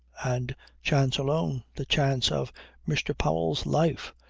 and chance alone, the chance of mr. powell's life,